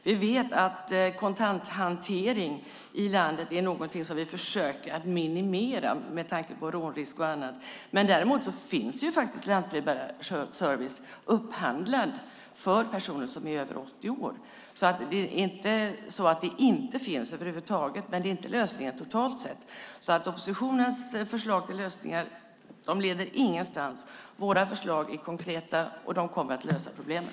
Vi vet att kontanthanteringen är något som vi försöker minimera med tanke på rånrisk och annat. Däremot finns lantbrevbärarservice upphandlad för personer som är över 80 år. Den finns alltså, men den är inte lösningen totalt sett. Oppositionens förslag till lösningar leder ingenstans. Våra förslag är konkreta och kommer att lösa problemen.